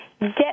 get